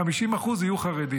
50% יהיו חרדים.